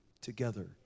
together